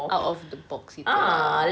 out of the boss gitu lah